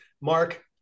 Mark